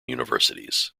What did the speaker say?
universities